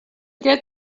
get